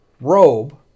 robe